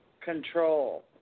control